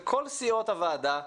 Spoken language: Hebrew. כל סיעות הוועדה,